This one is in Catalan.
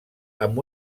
amb